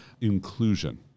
inclusion